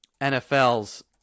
NFL's